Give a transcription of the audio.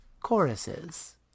choruses